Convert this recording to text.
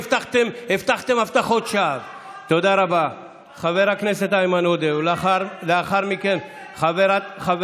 נאמר במכתב: אין בבקשתי זו שום כוונה לחבל או להאט את החקיקה.